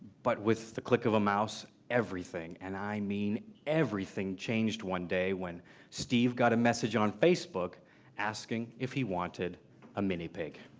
but with the click of a mouse, everything, and i mean everything, changed one day when steve got a message on facebook asking if he wanted a mini pig.